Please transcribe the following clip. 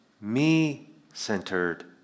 me-centered